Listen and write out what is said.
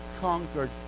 conquered